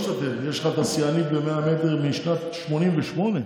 יש לך את השיאנית ב-100 מטר משנת 1988,